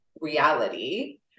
reality